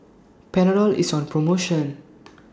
Panadol IS on promotion